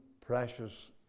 precious